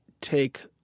take